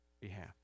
behalf